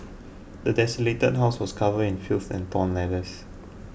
the desolated house was covered in filth and torn letters